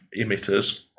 emitters